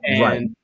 Right